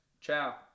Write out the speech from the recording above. Ciao